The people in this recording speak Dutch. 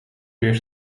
weer